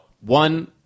One